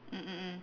mm mm mm